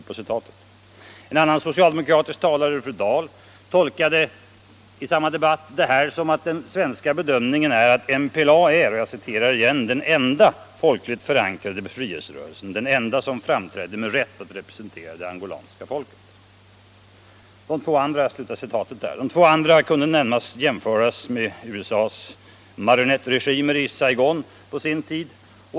En annan socialdemokratisk talare i samma debatt, fru Dahl, tolkade detta som att den svenska bedömningen är att MPLA är den enda folkligt förankrade befrielserörelsen, den enda som framträder med rätt att representera det angolanska folket. De två andra kunde närmast jämföras med USA:s marionettregimer i Saigon på sin tid.